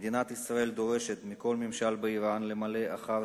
מדינת ישראל דורשת מכל ממשל באירן למלא אחר